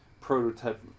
prototype